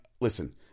Listen